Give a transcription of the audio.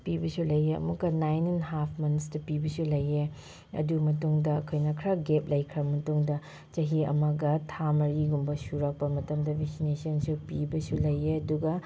ꯄꯤꯕꯁꯨ ꯂꯩꯌꯦ ꯑꯃꯨꯛꯀ ꯅꯥꯏꯟ ꯑꯦꯟ ꯍꯥꯐ ꯃꯟꯁꯇ ꯄꯤꯕꯁꯨ ꯂꯩꯌꯦ ꯑꯗꯨ ꯃꯇꯨꯡꯗ ꯑꯩꯈꯣꯏꯅ ꯈꯔ ꯒꯦꯞ ꯂꯩꯈ꯭ꯔ ꯃꯇꯨꯡꯗ ꯆꯍꯤ ꯑꯃꯒ ꯊꯥ ꯃꯔꯤꯒꯨꯝꯕ ꯁꯨꯔꯛꯄ ꯃꯇꯝꯗ ꯚꯦꯛꯁꯤꯅꯦꯁꯟꯁꯨ ꯄꯤꯕꯁꯨ ꯂꯩꯌꯦ ꯑꯗꯨꯒ